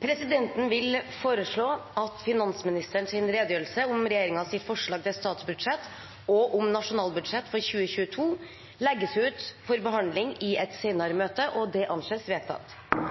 Presidenten vil foreslå at finansministerens redegjørelse om regjeringens forslag til statsbudsjett og om nasjonalbudsjettet for 2022 legges ut for behandling i et senere